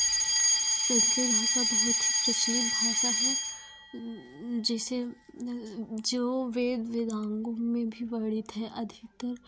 संस्कृत भाषा बहुत ही प्रचलित भाषा है जैसे जो वेद वेदांगो में भी वर्णित है अधिकतर